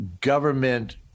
government